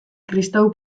kristau